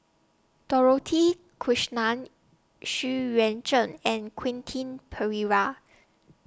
Dorothy Krishnan Xu Yuan Zhen and Quentin Pereira